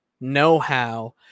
know-how